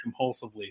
compulsively